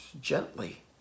gently